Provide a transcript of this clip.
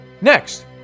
Next